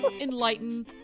enlighten